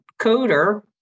coder